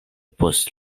post